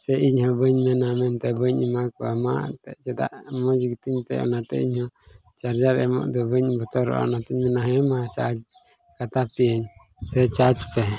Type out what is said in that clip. ᱥᱮ ᱤᱧ ᱦᱚᱸ ᱵᱟᱹᱧ ᱢᱮᱱᱟ ᱢᱮᱱᱛᱮ ᱵᱟᱹᱧ ᱮᱢᱟ ᱠᱚᱣᱟ ᱢᱟ ᱮᱱᱛᱮᱫ ᱪᱮᱫᱟᱜ ᱢᱚᱡᱽ ᱜᱮᱛᱤᱧ ᱛᱮ ᱤᱧᱦᱚᱸ ᱪᱟᱨᱡᱟᱨ ᱮᱢᱚᱜ ᱫᱚ ᱵᱟᱹᱧ ᱵᱚᱛᱚᱨᱚᱜᱼᱟ ᱦᱮᱸ ᱢᱟ ᱪᱟᱨᱡᱽ ᱠᱟᱛᱟ ᱯᱮᱭᱟᱧ ᱥᱮ ᱪᱟᱨᱡᱽ ᱯᱮ